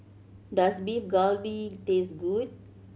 does Beef Galbi taste good